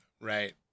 Right